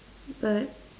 but